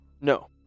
No